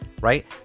right